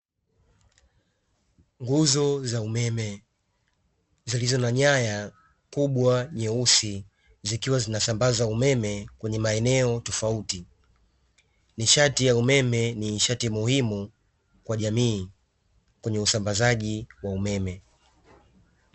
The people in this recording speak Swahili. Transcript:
Nguzo za umeme zilizo na nyaya kubwa nyeusi, zikiwa zinasambaza umeme kwenye maeneo tofauti. Nishati ya umeme ni nishati muhimu kwa jamii kwenye usambazaji wa umeme.